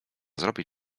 zrobić